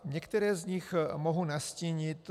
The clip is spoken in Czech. Některé z nich mohu nastínit.